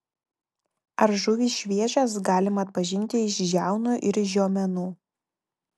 ar žuvys šviežios galima atpažinti iš žiaunų ir žiomenų